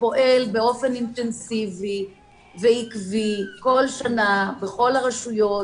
פועל באופן אינטנסיבי ועקבי כל שנה בכל הרשויות,